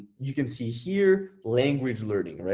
you can see here language learning.